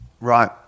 right